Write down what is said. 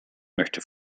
möchte